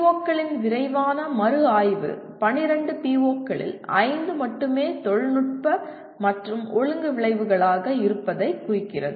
PO களின் விரைவான மறுஆய்வு 12 PO களில் 5 மட்டுமே தொழில்நுட்ப மற்றும் ஒழுங்கு விளைவுகளாக இருப்பதைக் குறிக்கிறது